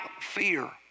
fear